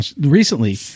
recently